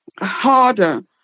harder